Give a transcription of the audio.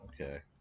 Okay